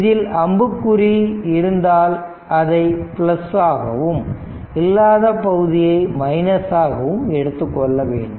இதில் அம்புக்குறி இருந்தால் அதை ஆகவும் இல்லாத பகுதியை ஆகவும் எடுத்துக்கொள்ள வேண்டும்